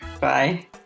Bye